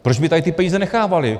Proč by tady ty peníze nechávaly?